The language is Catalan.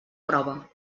prova